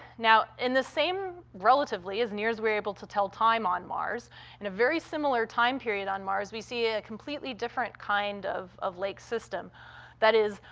now, in the same relatively, as near as we're able to tell time on mars in a very similar time period on mars, we see a completely different kind of of lake system that is,